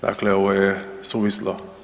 Dakle, ovo je suvislo.